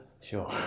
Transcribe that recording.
Sure